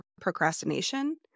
procrastination